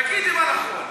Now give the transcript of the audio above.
אתם יודעים מה הבלם?